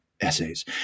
essays